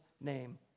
name